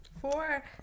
Four